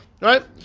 Right